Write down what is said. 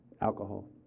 alcohol